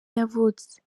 yavutse